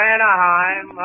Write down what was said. Anaheim